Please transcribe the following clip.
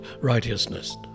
righteousness